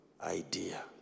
idea